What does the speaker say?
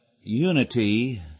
Unity